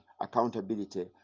accountability